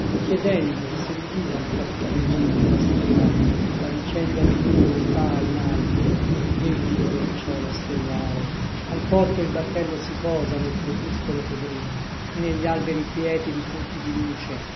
chiedendo se l'udiva infaticabilmente la sera a la vicenda di nuvole là in alto dentro del cielo stellare al porto il battello si posa canti orfici dino campana nel crepuscolo che brilla negli alberi quieti di frutti di luce